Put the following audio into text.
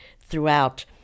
throughout